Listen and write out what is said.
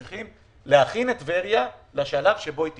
צריכים כדי להכין את טבריה לשלב בו היא תיפתח.